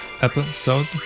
episode